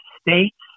states